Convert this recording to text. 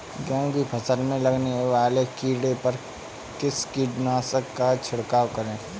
गेहूँ की फसल में लगने वाले कीड़े पर किस कीटनाशक का छिड़काव करें?